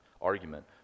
argument